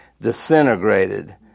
disintegrated